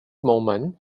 moment